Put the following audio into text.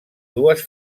dues